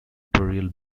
burial